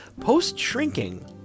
Post-shrinking